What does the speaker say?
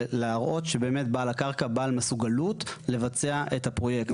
להראות שבאמת בעל הקרקע מסוגלות לבצע את הפרויקט.